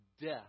death